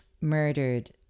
murdered